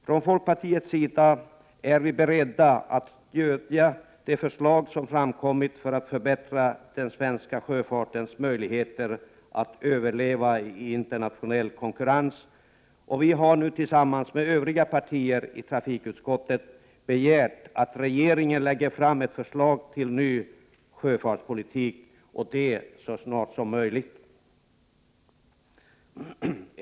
Från folkpartiets sida är vi beredda att stödja de förslag som framkommit för att förbättra den svenska sjöfartens möjligheter att överleva i internationell konkurrens. Vi har nu tillsammans med övriga partier i trafikutskottet begärt att regeringen lägger fram ett förslag till ny sjöfartspolitik så snart som möjligt.